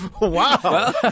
Wow